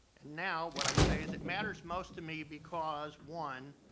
and now, what i say is, it matters most to me because, one,